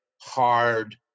hard